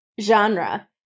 genre